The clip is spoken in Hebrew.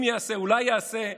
אם ייעשה, אולי ייעשה.